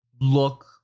look